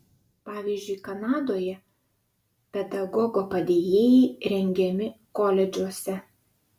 pavyzdžiui kanadoje pedagogo padėjėjai rengiami koledžuose